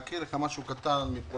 אני רוצה להקריא לך משהו קטן מפרוטוקול,